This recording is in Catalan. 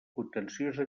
contenciosa